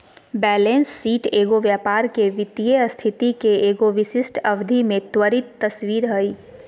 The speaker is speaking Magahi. बैलेंस शीट एगो व्यापार के वित्तीय स्थिति के एगो विशिष्ट अवधि में त्वरित तस्वीर हइ